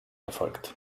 erfolgt